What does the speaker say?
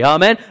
Amen